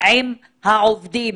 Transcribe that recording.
עם העובדים.